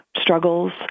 struggles